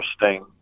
interesting